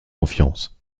confiance